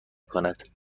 کند